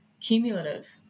cumulative